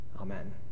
Amen